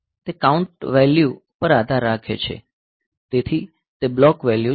તે count value પર આધાર રાખે છે તેથી તે બ્લોક વેલ્યૂ છે